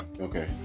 Okay